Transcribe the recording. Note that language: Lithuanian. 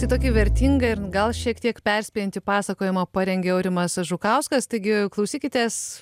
tai tokia vertinga ir gal šiek tiek perspėjantį pasakojimą parengė aurimas žukauskas taigi klausykitės